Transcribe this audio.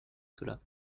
cela